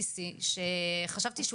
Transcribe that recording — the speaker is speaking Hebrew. אני חושב,